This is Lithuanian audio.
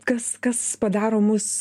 kas kas padaro mus